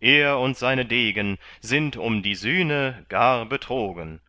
er und seine degen sind um die sühne gar betrogen